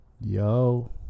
Yo